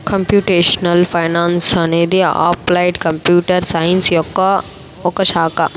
computational finance అనేది applied computer science యొక్క ఒక శాఖ